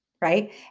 right